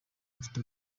bafite